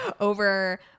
over